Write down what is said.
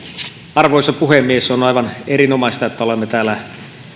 arvoisa puhemies on aivan erinomaista että olemme täällä